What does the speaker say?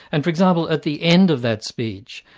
and for example, at the end of that speech,